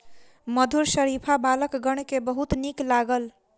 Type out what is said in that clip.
मधुर शरीफा बालकगण के बहुत नीक लागल